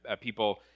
people